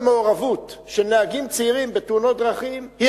שהמעורבות של נהגים צעירים בתאונות דרכים היא